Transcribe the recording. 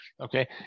Okay